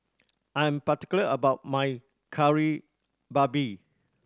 I am particular about my Kari Babi